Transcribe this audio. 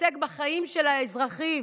תתעסק בחיים של האזרחים,